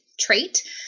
trait